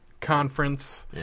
Conference